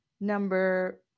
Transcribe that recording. number